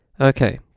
Okay